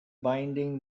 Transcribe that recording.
binding